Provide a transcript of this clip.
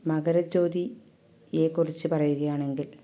മകരജ്യോതിയെക്കുറിച്ച് പറയുകയാണെങ്കിൽ